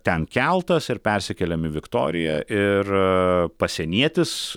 ten keltas ir persikėlėme į viktoriją ir pasienietis